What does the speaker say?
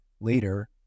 later